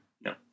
No